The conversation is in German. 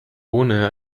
ohne